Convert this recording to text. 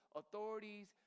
authorities